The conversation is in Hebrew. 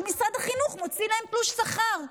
כי משרד החינוך מוציא להם תלוש שכר,